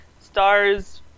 Stars